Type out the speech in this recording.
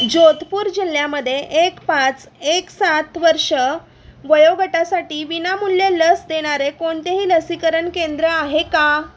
जोधपूर जिल्ह्यामध्ये एक पाच एक सात वर्ष वयोगटासाठी विनामूल्य लस देणारे कोणतेही लसीकरण केंद्र आहे का